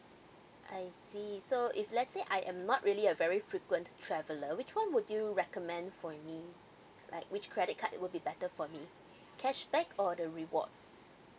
I see so if let say I am not really a very frequent traveler which one would you recommend for me like which credit card it will be better for me cashback or the rewards